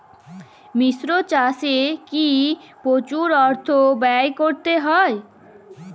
মিশ্র চাষে কি প্রচুর অর্থ ব্যয় করতে হয়?